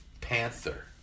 panther